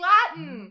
Latin